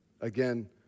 Again